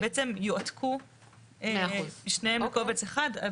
בעצם יועתקו שניהם לקובץ אחד.